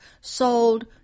sold